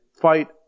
fight